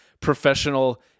professional